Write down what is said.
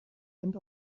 end